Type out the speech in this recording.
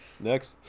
Next